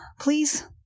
please